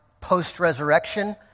post-resurrection